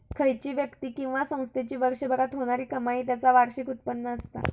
खयची व्यक्ती किंवा संस्थेची वर्षभरात होणारी कमाई त्याचा वार्षिक उत्पन्न असता